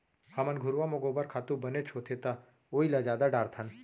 हमन घुरूवा म गोबर खातू बनेच होथे त ओइला जादा डारथन